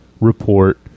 report